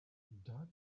dug